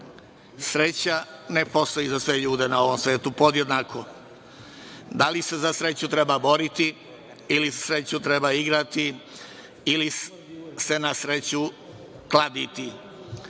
Sreća ne postoji za sve ljude na ovom svetu podjednako. Da li se za sreću treba boriti ili sreću treba igrati